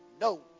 no